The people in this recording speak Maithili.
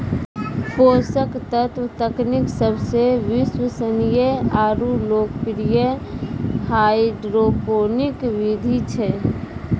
पोषक तत्व तकनीक सबसे विश्वसनीय आरु लोकप्रिय हाइड्रोपोनिक विधि छै